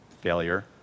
failure